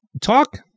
talk